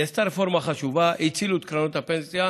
נעשתה רפורמה חשובה: הצילו את קרנות הפנסיה,